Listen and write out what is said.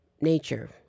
nature